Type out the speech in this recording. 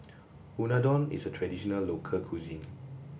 Unadon is a traditional local cuisine